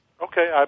Okay